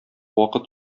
вакыт